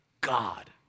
God